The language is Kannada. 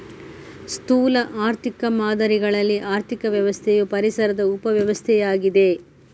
ಸ್ಥೂಲ ಆರ್ಥಿಕ ಮಾದರಿಗಳಲ್ಲಿ ಆರ್ಥಿಕ ವ್ಯವಸ್ಥೆಯು ಪರಿಸರದ ಉಪ ವ್ಯವಸ್ಥೆಯಾಗಿದೆ